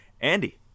andy